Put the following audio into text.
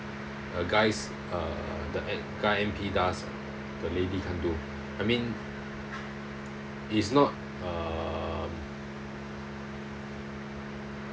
uh guys uh the guy M_P does the lady can't do I mean it's not um